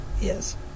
yes